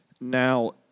Now